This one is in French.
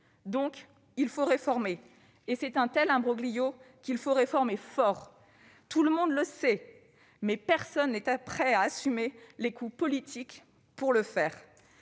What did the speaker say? Donc, il faut réformer et c'est un tel imbroglio qu'il faut réformer fort. Tout le monde le sait, mais personne n'est prêt à assumer les coûts politiques pour le faire.